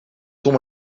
tom